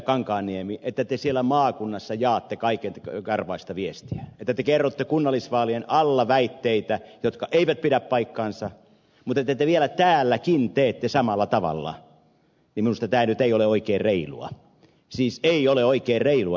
kankaanniemi että te siellä maakunnassa jaatte kaikenkarvaista viestiä että te kerrotte kunnallisvaalien alla väitteitä jotka eivät pidä paikkaansa mutta se että te vielä täälläkin teette samalla tavalla ei minusta nyt ole oikein reilua siis ei ole oikein reilua ed